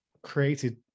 created